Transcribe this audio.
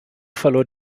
verlor